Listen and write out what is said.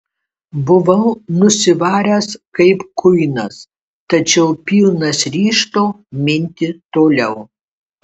buvau nusivaręs kaip kuinas tačiau pilnas ryžto minti toliau